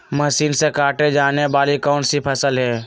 Machine से काटे जाने वाली कौन सी फसल है?